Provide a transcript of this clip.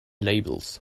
labels